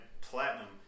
Platinum